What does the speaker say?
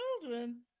children